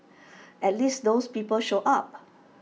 at least those people showed up